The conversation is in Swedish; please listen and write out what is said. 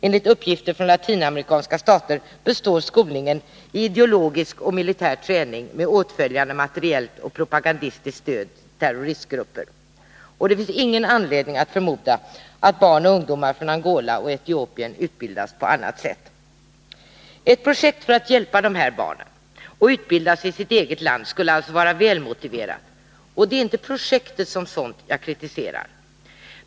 Enligt uppgifter från latinamerikanska stater består skolningen i ideologisk och militär träning med åtföljande materiellt och propagandistiskt stöd till terroristgrupper. Det finns ingen anledning att förmoda att barn och ungdomar från Angola och Etiopien utbildas på annat sätt. Ett projekt för att hjälpa de här barnen att få utbildning i sitt eget land skulle alltså vara välmotiverat, det är alltså inte projektet som sådant som jag kritiserar.